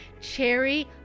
cherry